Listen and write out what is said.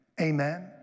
amen